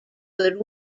could